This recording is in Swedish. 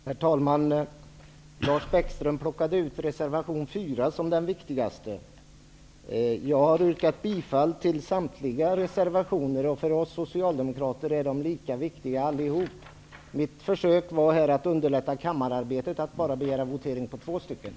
Herr talman! Lars Bäckström pekade ut reservation 4 som den viktigaste. Jag har yrkat bifall till samtliga våra reservationer. För oss socialdemokrater är de lika viktiga allihop. Det var mitt försök att underlätta kammararbetet att begära votering bara beträffande två.